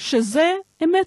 שזו אמת.